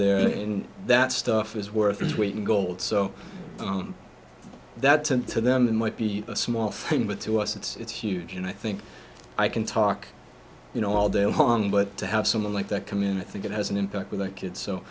there in that stuff is worth its weight in gold so that tend to then that might be a small thing but to us it's huge and i think i can talk you know all day long but to have someone like that community think it has an impact with a kid so